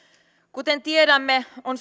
kuten tiedämme on suomessa